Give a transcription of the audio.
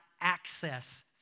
access